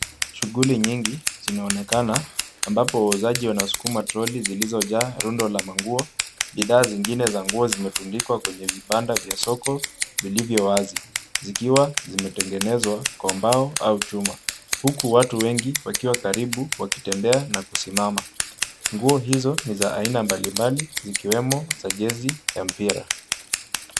Shughuli nyingi zinaonekana ambapo wauzaji wanasukuma troli zilizojaa rundo la manguo. Bidhaa zingine za nguo zimetundikwa kwenye vibanda vya soko vilivyo wazi zikiwa zimetengenezwa kwa mbao au chuma, huku watu wengi wakiwa karibu wakitembea na kusimama. Nguo hizo ni za aina mbalimbali zikiwemo za jezi ya mpira.